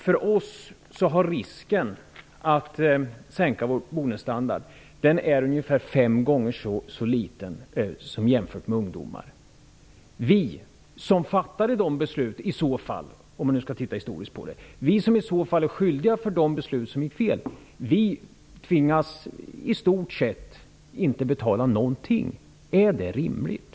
För oss är risken att tvingas sänka vår boendestandard ungefär fem gånger så liten jämfört med risken för ungdomar. Vi som fattade dessa beslut -- om vi nu skall titta på det historiskt -- och som i så fall är skyldiga till de beslut som gick fel, blir i stort sett inte tvungna att betala någonting alls. Är det rimligt?